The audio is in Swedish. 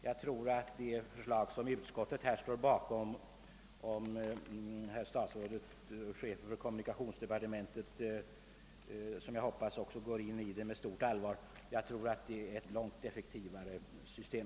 Jag anser att utskottets förslag — om herr statsrådet och chefen för kommunikationsdepartementet går in för det med stort allvar — innebär ett långt effektivare system.